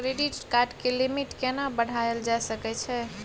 Credit card के limit केना बढायल जा सकै छै?